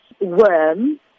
Worm